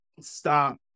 Stop